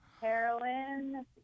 heroin